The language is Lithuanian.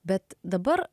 bet dabar